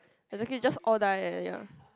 exactly just all die eh ya